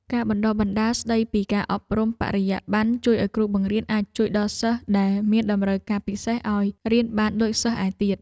ការបណ្តុះបណ្តាលស្តីពីការអប់រំបរិយាបន្នជួយឱ្យគ្រូបង្រៀនអាចជួយដល់សិស្សដែលមានតម្រូវការពិសេសឱ្យរៀនបានដូចសិស្សឯទៀត។